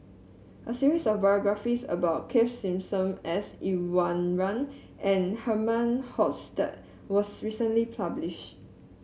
a series of biographies about Keith Simmons S Iswaran and Herman Hochstadt was recently publish